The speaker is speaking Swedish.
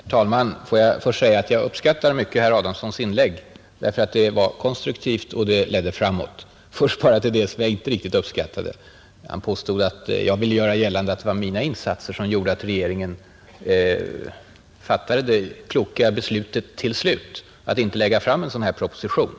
Herr talman! Låt mig först säga att jag mycket uppskattar herr Adamssons inlägg, därför att det ledde framåt. Men först till det som jag inte riktigt uppskattade. Herr Adamsson påstod att jag ville göra gällande att det var mina insatser som gjorde att regeringen till sist fattade det kloka beslutet att inte lägga fram en sådan här proposition.